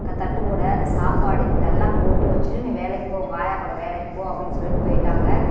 தட்டுக்கூடை சாப்பாடு இதெல்லாம் போட்டு வெச்சுட்டு நீ வேலைக்கு போ உங்கள் ஆயா கூட வேலைக்கு போ அப்படின்னு சொல்லிவிட்டு போய்ட்டாங்க